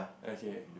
okay